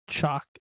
chalk